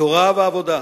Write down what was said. תורה ועבודה,